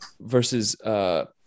versus –